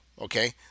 okay